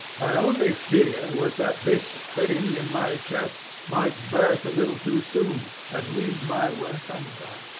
my only fear was that this thing in my chest might burst a little too soon and leave my work ah undone.